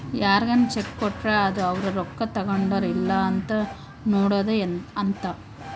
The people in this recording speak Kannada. ಯಾರ್ಗನ ಚೆಕ್ ಕೊಟ್ರ ಅದು ಅವ್ರ ರೊಕ್ಕ ತಗೊಂಡರ್ ಇಲ್ಲ ಅಂತ ನೋಡೋದ ಅಂತ